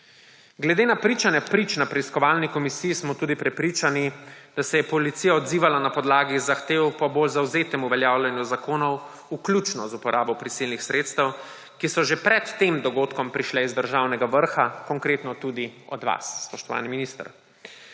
Glede na pričanja prič na preiskovalni komisiji smo tudi prepričani, da se je policija odzivala na podlagi zahtev po bolj zavzetem uveljavljanju zakonov, vključno z uporabo prisilnih sredstev, ki so že pred tem dogodkom prišle z državnega vrha, konkretno tudi od vas, spoštovani minister.